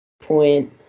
Point